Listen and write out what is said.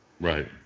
right